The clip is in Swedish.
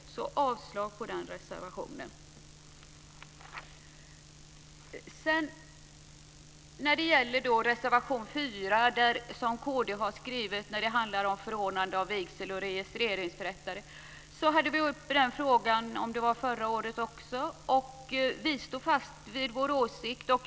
Jag yrkar avslag på reservation 2. Reservation 4 från kd handlar om förordnande av vigsel och registreringsförrättare. Den frågan hade vi uppe förra året också. Vi står fast vid vår åsikt.